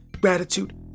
Gratitude